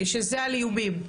שזה על איומים.